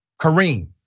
Kareem